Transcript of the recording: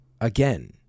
again